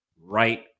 right